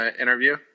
interview